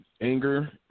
anger